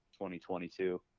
2022